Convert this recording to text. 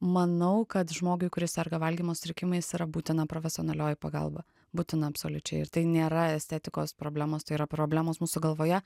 manau kad žmogui kuris serga valgymo sutrikimais yra būtina profesionalioji pagalba būtina absoliučiai ir tai nėra estetikos problemos tai yra problemos mūsų galvoje